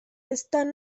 están